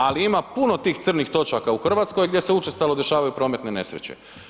Ali ima puno tih crnih točaka u Hrvatskoj gdje se učestalo dešavaju prometne nesreće.